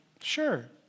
sure